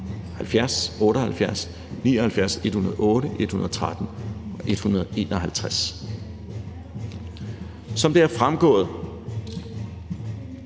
70, 78, 79, 108, 113 og 151. Som det er fremgået,